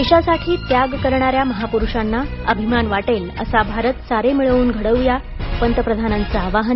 देशासाठी त्याग करणाऱ्या महापुरूषांना अभिमान वाटेल असा भारत सारे मिळून घडवूया पंतप्रधानांचं आवाहन